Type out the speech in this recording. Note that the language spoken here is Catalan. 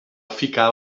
ficar